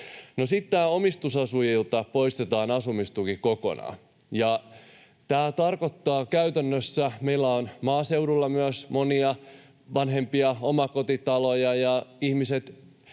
sitten tämä, että omistusasujilta poistetaan asumistuki kokonaan, tarkoittaa käytännössä? Meillä on myös maaseudulla monia vanhempia omakotitaloja, ja ihmiset